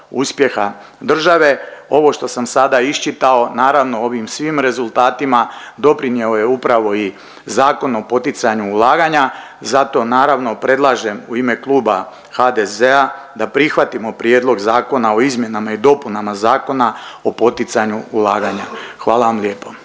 uspjeha države ovo što sam sada iščitao naravno ovim svim rezultatima doprinio je i Zakon o poticanju ulaganja. Zato naravno predlažem u ime kluba HDZ-a da prihvatimo Prijedlog zakona o izmjenama i dopunama Zakona o poticanju ulaganja. Hvala vam lijepo.